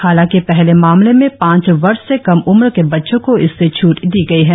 हालाकि पहले मामले में पांच वर्ष से कम उम्र के बच्चों को इससे छ्ट दी गई है